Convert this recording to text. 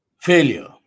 Failure